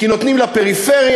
כי נותנים לפריפריה,